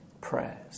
prayers